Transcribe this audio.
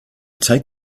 take